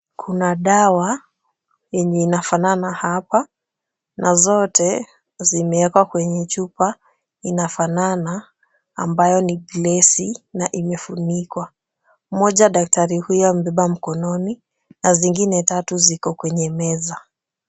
Kuna dawa yenye inafanana hapa, na zote zimewekwa kwenye chupa inafanana ambayo ni glesi na imefunikwa. Moja daktari huyo mbeba mkononi, na zingine tatu ziko kwenye meza.